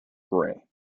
gray